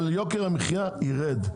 אבל יוקר המחיה יירד.